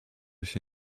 się